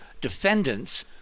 defendants